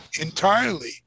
entirely